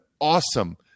awesome